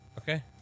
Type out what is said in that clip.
okay